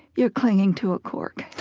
you're clinging to a cork.